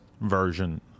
version